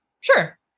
sure